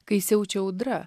kai siaučia audra